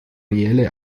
reelle